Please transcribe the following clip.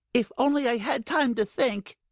if only i had time to think!